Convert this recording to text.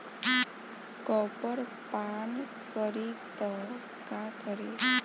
Copper पान करी त का करी?